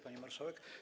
Pani Marszałek!